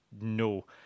no